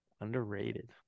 Underrated